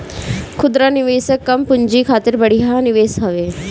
खुदरा निवेशक कम पूंजी खातिर बढ़िया निवेश हवे